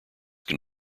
can